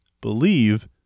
believe